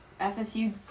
FSU